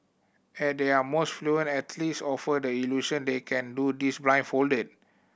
at their most fluent athletes offer the illusion they can do this blindfolded